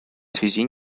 связи